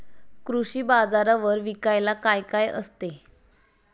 कृषी बाजारावर विकायला काय काय असते?